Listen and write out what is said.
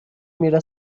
میره